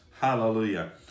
hallelujah